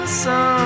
sun